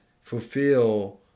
fulfill